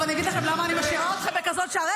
אני אגיד לכם למה אני משאירה אתכם בכזאת שעה.